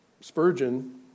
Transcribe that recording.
Spurgeon